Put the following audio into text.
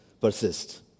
persist